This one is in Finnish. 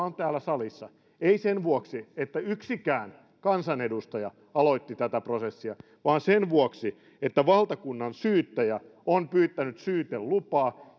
on täällä salissa ei sen vuoksi että yksikään kansanedustaja olisi aloittanut tätä prosessia vaan sen vuoksi että valtakunnansyyttäjä on pyytänyt syytelupaa